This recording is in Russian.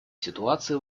ситуации